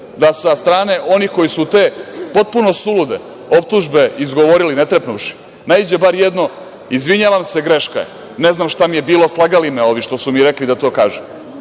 da sa strane onih koji su te potpuno sulude optužbe izgovorili ne trepnuvši, naiđe bar jedno – izvinjavam se, greška je, ne znam šta mi je bilo, slagali me ovi što su mi rekli da to kažem?